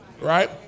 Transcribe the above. Right